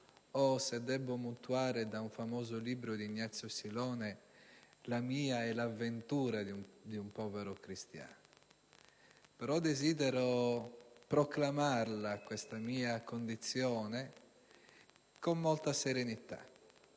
o, se debbo mutuare da un famoso libro di Ignazio Silone, la mia è l'avventura di un povero cristiano. Però desidero proclamare questa mia condizione con molta serenità,